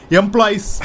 employees